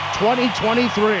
2023